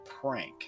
prank